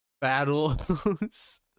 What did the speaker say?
Battles